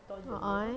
ah ah